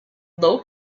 low